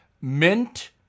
mint